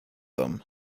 them